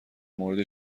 مورد